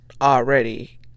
already